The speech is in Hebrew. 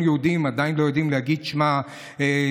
יהודים עדיין לא יודעים להגיד "שמע ישראל",